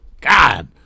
God